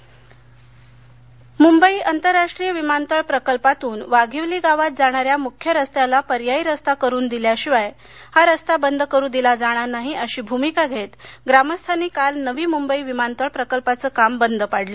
मुंबई विमानतळ नवीमुंबई मुंबई आंतरराष्ट्रीय विमानतळ प्रकल्पातून वाधिवली गावात जाणाऱ्या मुख्य रस्त्याला पर्यायी रस्ता करून दिल्याशिवाय हा रस्ता बंद करू दिला जाणार नाही अशी भूमिका घेत ग्रामस्थांनी काल नवी मुंबई विमानतळ प्रकल्पाचे काम बंद पाडलं